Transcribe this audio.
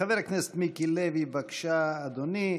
חבר הכנסת מיקי לוי, בבקשה, אדוני,